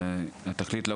גבירתי היושבת-ראש,